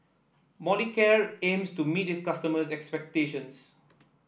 Molicare aims to meet its customers' expectations